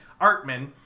Artman